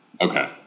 Okay